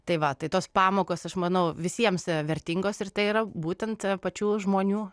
tai va tai tos pamokos aš manau visiems vertingos ir tai yra būtent pačių žmonių